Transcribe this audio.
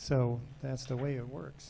so that's the way it works